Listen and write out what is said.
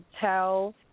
tell